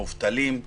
מובטלים,